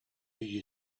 you